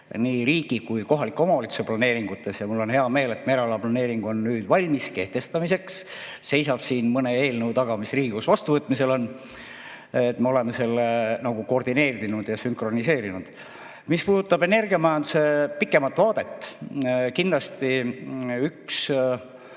nii riigi kui ka kohaliku omavalitsuse planeeringutes. Mul on hea meel, et merealaplaneering on nüüd valmis kehtestamiseks, see seisab veel mõne eelnõu taga, mis on Riigikogus vastuvõtmisel. Me oleme selle koordineerinud ja sünkroniseerinud. Mis puudutab energiamajanduse pikemat vaadet, siis kindlasti üks